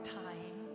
time